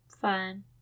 Fun